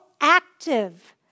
active